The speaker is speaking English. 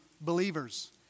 believers